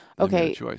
Okay